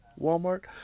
Walmart